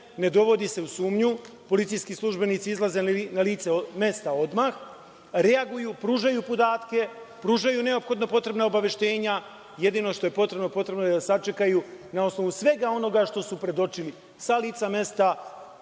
ne dovodi se u sumnju, policijski službenici izlaze na lice mesta odmah, reaguju, pružaju podatke, pružaju neophodno potrebna obaveštenja, jedino što je potrebno, potrebno je da sačekaju na osnovu svega onoga što su predočili sa lica mesta,